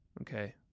Okay